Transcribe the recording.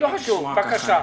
בבקשה.